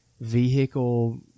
vehicle